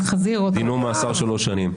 דינו מאסר שלוש שנים".